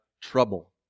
trouble